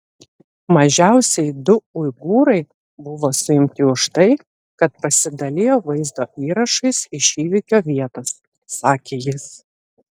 mažiausiai du uigūrai buvo suimti už tai kad pasidalijo vaizdo įrašais iš įvykio vietos sakė jis